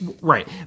Right